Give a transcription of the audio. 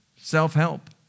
Self-help